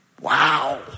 wow